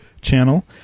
channel